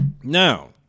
Now